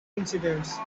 incidents